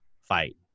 fight